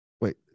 Wait